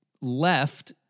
left